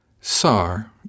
Sar